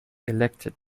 elected